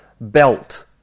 belt